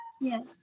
Yes